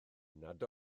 nad